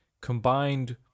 combined